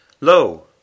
Lo